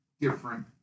different